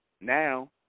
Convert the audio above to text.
Now